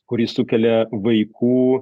kurį sukelia vaikų